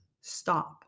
stop